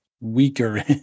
weaker